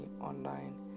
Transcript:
online